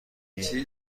اینکه